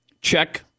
check